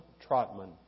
Trotman